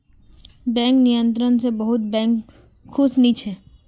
bank नियंत्रण स बहुत बैंक खुश नी छ